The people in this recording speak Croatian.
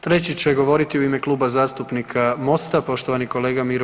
Treći će govoriti u ime Kluba zastupnika Mosta poštovani kolega Miro